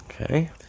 Okay